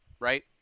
right